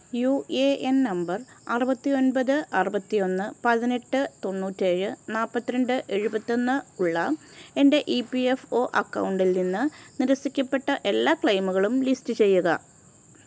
U A N number അറുപത്തി ഒന്പത് അറുപത്തി ഒന്ന് പതിനെട്ട് തൊണ്ണൂറ്റേഴ് നാൽപ്പത്തിരണ്ട് എഴുപത്തൊന്ന് ഉള്ള എന്റെ ഈ പ്പീ യെഫ് ഒ അക്കൗണ്ടിൽ നിന്ന് നിരസിക്കപ്പെട്ട എല്ലാ ക്ലെയിമുകളും ലിസ്റ്റ് ചെയ്യുക